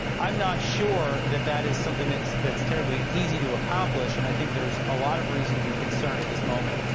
i'm not sure that that is something that's that's terribly easy to accomplish, and i think there's a lot of reason to be concerned at this moment.